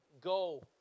go